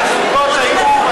אז הזוגות היו,